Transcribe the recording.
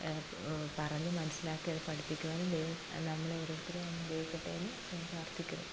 പറഞ്ഞ് മനസ്സിലാക്കിയത് പഠിപ്പിക്കുവാനും ദൈവം നമ്മളെ ഓരോരുത്തരെയും അനുഗ്രഹിക്കട്ടെ എന്ന് ഞാൻ പ്രാർത്ഥിക്കുന്നു